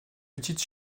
petite